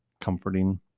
comforting